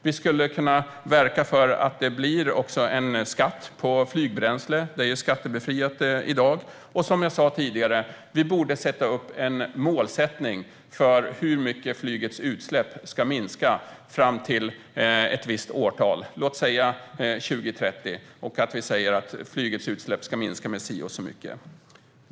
Vi skulle kunna verka för att det blir en skatt också på flygbränsle; det är ju skattebefriat i dag. Som jag sa tidigare: Vi borde ha en målsättning för hur mycket flygets utsläpp ska minska fram till ett visst årtal, låt oss säga 2030, och vi borde säga att flygets utsläpp ska minska med si och så mycket fram till dess.